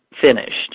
finished